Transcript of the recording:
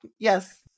Yes